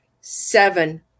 seven